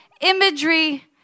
imagery